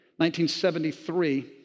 1973